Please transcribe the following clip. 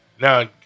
Now